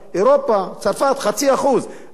0.5%. אז 2.5%,